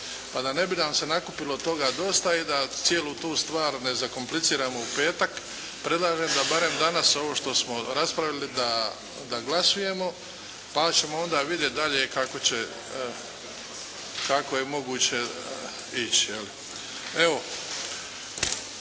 pa da ne bi nam se nakupilo toga dosta i da cijelu tu stvar ne zakompliciramo u petak predlažem da barem danas ovo što smo raspravili da glasujemo, pa ćemo onda vidjet dalje kako će, kako je moguće ići.